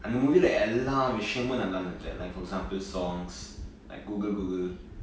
அந்த:antha movie எல்லா விஷயமும் நல்லா இருந்தது:ellaa vishayamum nalla irunthathu like for example songs like google google